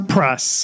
Press